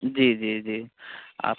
जी जी जी आप